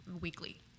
weekly